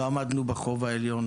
לא עמדנו בחוב העליון